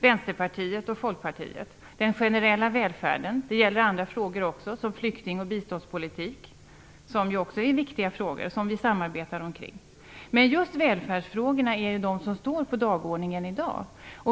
Det har gällt den generella välfärden, och även andra viktiga frågor som flykting och biståndspolitik. Men just välfärdsfrågorna är ju de som står på dagordningen i dag.